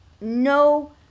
no